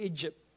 Egypt